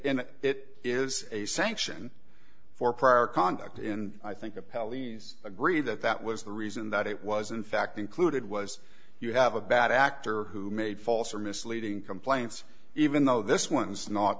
and it is a sanction for prior conduct in i think a pelleas agree that that was the reason that it was in fact included was you have a bad actor who made false or misleading complaints even though this one is not